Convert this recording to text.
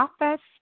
office